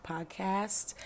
Podcast